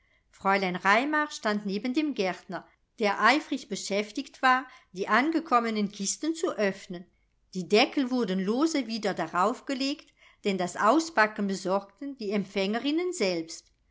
fräulein raimar stand neben dem gärtner der eifrig beschäftigt war die angekommenen kisten zu öffnen die deckel wurden lose wieder darauf gelegt denn das auspacken besorgten die empfängerinnen selbst